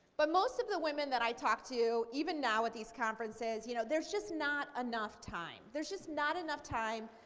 but most of the women that i talk to even now at these conferences you know there's just not enough time. there's just not enough time.